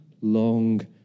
long